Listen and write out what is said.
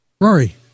rory